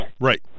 Right